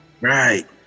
Right